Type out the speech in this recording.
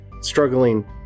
struggling